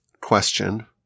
question